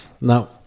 Now